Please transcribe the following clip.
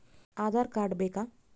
Aadhaar card ಬೇಕಾ?